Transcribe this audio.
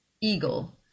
Eagle